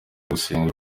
gusenga